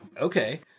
okay